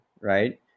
right